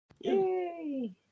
Yay